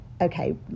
okay